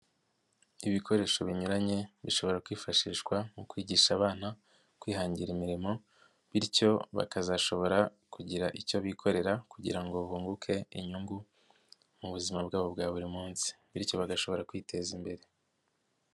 Ibikoresho binyuranye bishobora kwifashishwa mu kwigisha abana kwihangira imirimo bityo bakazashobora kugira icyo bikorera kugira ngo bunguke inyungu mu buzima bwabo bwa buri munsi bityo bagashobora kwiteza imbere.